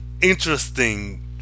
interesting